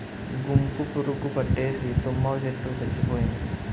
గుంపు పురుగు పట్టేసి తుమ్మ చెట్టు సచ్చిపోయింది